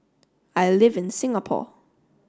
I live in Singapore